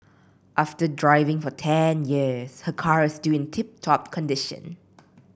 after driving for ten years her car is still in tip top condition